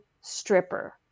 stripper